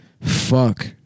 Fuck